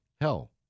hell